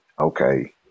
okay